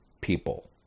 people